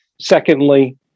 Secondly